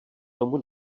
tomu